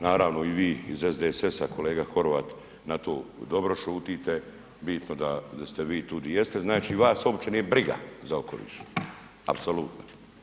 Naravno, i vi iz SDSS-a kolega Horvat na to dobro šutite, bitno da ste vi tu di jeste, znači vas uopće nije briga za okoliš, apsolutno.